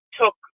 took